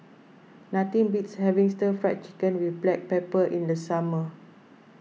nothing beats having Stir Fried Chicken with Black Pepper in the summer